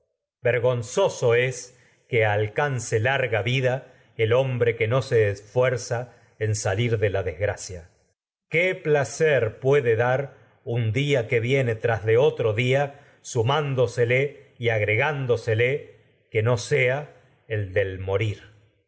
vergonzoso no es que alcance larga vida el hombre que de la se esfuerza un en salir desgracia qué placer puede dar y dia que que viene tras de otro día sumándosele no sea agregándosele estimar al porque el del se morir